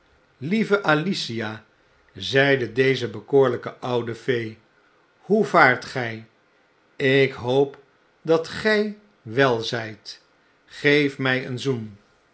lieve alicia zeide deze bekoorlijke oude fee hoe vaart gg ik hoop dat gijwelzjjt geef mij een zoen